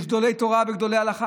יש גדולי תורה וגדולי הלכה,